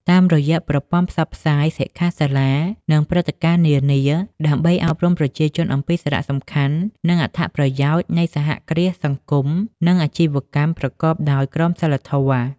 តាមរយៈប្រព័ន្ធផ្សព្វផ្សាយ សិក្ខាសាលា និងព្រឹត្តិការណ៍នានា ដើម្បីអប់រំប្រជាជនអំពីសារៈសំខាន់ និងអត្ថប្រយោជន៍នៃសហគ្រាសសង្គម និងអាជីវកម្មប្រកបដោយក្រមសីលធម៌ ។